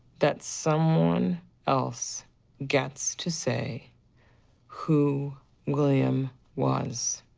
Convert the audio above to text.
that someone else gets to say who william was.